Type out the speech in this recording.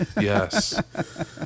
Yes